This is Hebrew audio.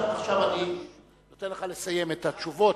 עכשיו אני נותן לך לסיים את התשובות.